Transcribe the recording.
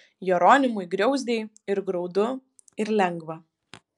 jeronimui griauzdei ir graudu ir lengva